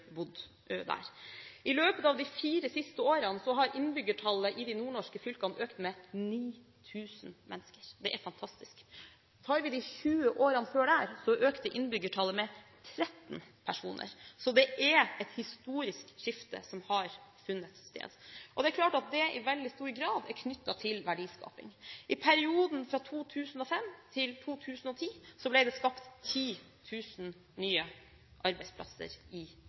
bodd der. I løpet av de fire siste årene har innbyggertallet i de nordnorske fylkene økt med 9 000 mennesker. Det er fantastisk! Tar vi de 20 årene før det, så økte innbyggertallet med 13 personer. Så det er et historisk skifte som har funnet sted, og det er klart at det i stor grad er knyttet til verdiskaping. I perioden fra 2005 til 2010 ble det skapt 10 000 nye arbeidsplasser i